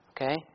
Okay